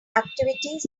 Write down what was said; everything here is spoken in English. activities